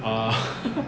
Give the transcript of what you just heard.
err